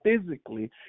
physically